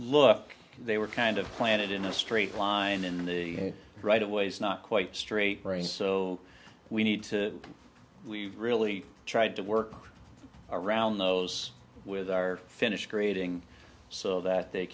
look they were kind of planted in a straight line in the right of ways not quite straight right so we need to we've really tried to work around those with our finish creating so that they